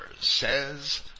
says